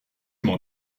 m’en